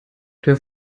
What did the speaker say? der